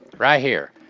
right here.